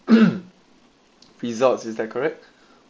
results is that correct